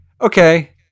okay